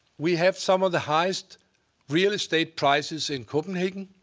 we have some of the highest real estate prices in copenhagen.